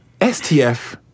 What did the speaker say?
STF